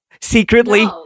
secretly